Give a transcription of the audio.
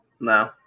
No